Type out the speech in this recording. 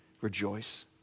rejoice